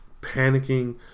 panicking